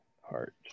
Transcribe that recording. Heart